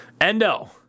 Endo